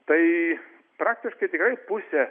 tai praktiškai tikrai pusė